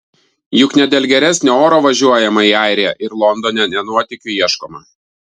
juk ne dėl geresnio oro važiuojama į airiją ir londone ne nuotykių ieškoma